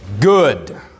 Good